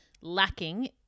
lacking